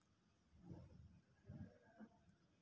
మన డబ్బులు కంటే అప్పు తీసుకొనే వారికి వడ్డీతో సహా చెల్లించాలి